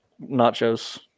nachos